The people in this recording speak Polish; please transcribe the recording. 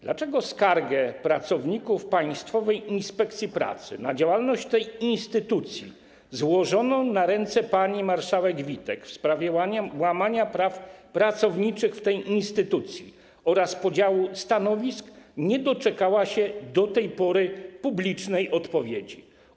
Dlaczego skarga pracowników Państwowej Inspekcji Pracy na działalność tej instytucji, złożona na ręce pani marszałek Witek, w sprawie łamania praw pracowniczych w tej instytucji oraz podziału stanowisk, nie doczekała się do tej pory publicznej odpowiedzi?